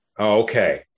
Okay